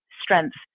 strength